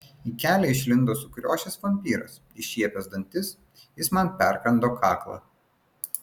į kelią išlindo sukriošęs vampyras iššiepęs dantis jis man perkando kaklą